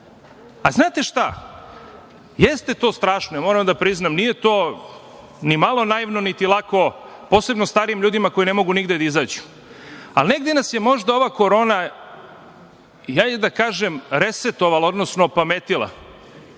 kuća. Znate šta? Jeste to strašno, moram da priznam, nije to ni malo naivno, niti lako, posebno starijim ljudima koji ne mogu nigde da izađu, ali negde nas je možda ova korona, hajde da kažem, resetovala, odnosno opametila,